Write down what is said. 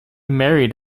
married